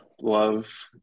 love